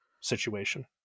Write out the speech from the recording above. situation